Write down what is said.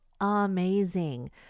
amazing